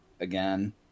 again